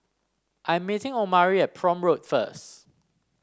I'm meeting Omari at Prome Road first